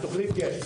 שנית,